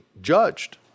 judged